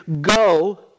go